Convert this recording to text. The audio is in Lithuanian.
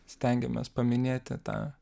stengiamės paminėti tą